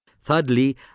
Thirdly